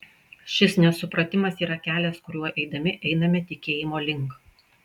šis nesupratimas yra kelias kuriuo eidami einame tikėjimo link